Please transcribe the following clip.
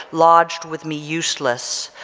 lodged with me useless,